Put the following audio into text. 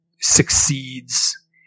succeeds